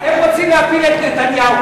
אתם רוצים להפיל את נתניהו,